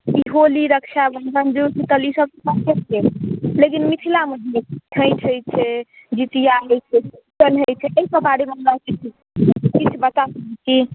होली रक्षाबंधन जूरशीतल ई सब लेकिन मिथिलामे हम जे कि छठि होइ छै जितिया होइ छै एहि सब के बारे मे हमरा बता सकै छी